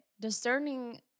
discerning